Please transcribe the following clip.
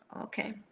okay